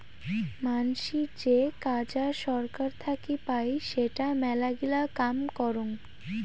মানাসী যে কাজা সরকার থাকি পাই সেটা মেলাগিলা কাম করং